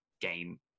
game